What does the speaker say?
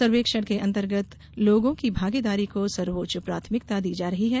सर्वेक्षण के अंतर्गत लोगों की भागीदारी को सर्वोच्च प्राथमिकता दी जा रही है